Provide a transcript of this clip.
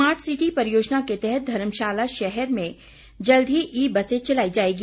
smart city परियोजना के तहत धर्मशाला शहर में जल्द ही ई बसें चलाई जायेंगी